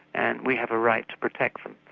and we have a right to protect them.